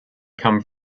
come